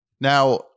now